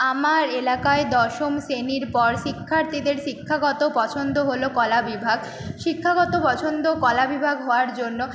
আমার এলাকায় দশম শ্রেণীর পর শিক্ষার্থীদের শিক্ষাগত পছন্দ হলো কলাবিভাগ শিক্ষাগত পছন্দ কলাবিভাগ হওয়ার জন্য